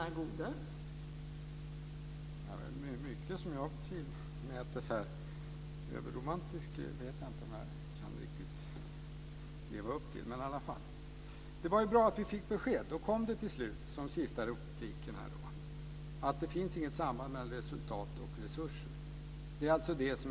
Fru talman! Det är mycket som jag här tillvitas. Det romantiska tror jag inte att jag riktigt kan leva upp till. Det var bra att vi till sist fick besked om att det inte finns något samband mellan resultat och resurser.